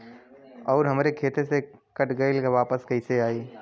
आऊर हमरे खाते से कट गैल ह वापस कैसे आई?